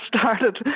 started